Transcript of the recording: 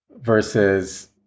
versus